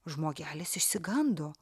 žmogelis išsigando